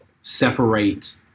separate